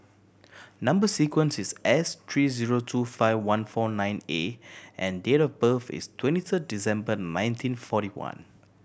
number sequence is S three zero two five one four nine A and date of birth is twenty third December nineteen forty one